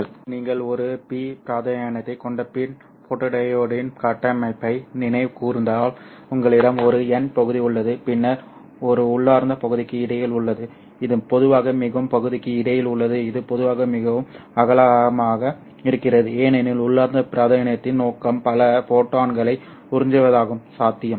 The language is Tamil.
இப்போது நீங்கள் ஒரு P பிராந்தியத்தைக் கொண்ட PIN ஃபோட்டோடியோடின் கட்டமைப்பை நினைவு கூர்ந்தால் உங்களிடம் ஒரு N பகுதி உள்ளது பின்னர் ஒரு உள்ளார்ந்த பகுதிக்கு இடையில் உள்ளது இது பொதுவாக மிகவும் அகலமாக இருக்கிறது ஏனெனில் உள்ளார்ந்த பிராந்தியத்தின் நோக்கம் பல ஃபோட்டான்களை உறிஞ்சுவதாகும் சாத்தியம்